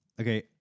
Okay